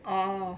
orh